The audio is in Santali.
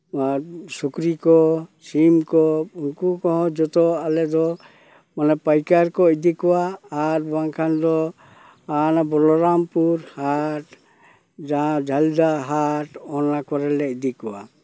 ᱟᱨ ᱥᱩᱠᱨᱤ ᱠᱚ ᱥᱤᱢ ᱠᱚ ᱩᱱᱠᱩ ᱠᱚᱦᱚᱸ ᱡᱚᱛᱚ ᱟᱞᱮ ᱫᱚ ᱚᱱᱟ ᱯᱟᱭᱠᱟᱹᱨ ᱠᱚ ᱤᱫᱤ ᱠᱚᱣᱟ ᱟᱨ ᱵᱟᱝᱠᱷᱟᱱ ᱫᱚ ᱦᱟᱱᱟ ᱵᱚᱞᱚᱨᱟᱢᱯᱩᱨ ᱦᱟᱴ ᱡᱟᱦᱟᱸ ᱡᱷᱟᱞᱫᱟ ᱦᱟᱴ ᱚᱱᱟ ᱠᱚᱨᱮᱞᱮ ᱤᱫᱤ ᱠᱚᱣᱟ